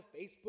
Facebook